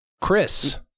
Chris